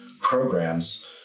programs